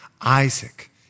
Isaac